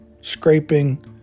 Scraping